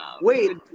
Wait